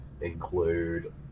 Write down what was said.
include